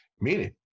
meaning